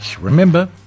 Remember